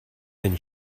than